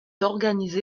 organisé